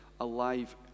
Alive